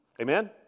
Amen